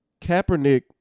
Kaepernick